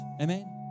Amen